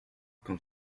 quand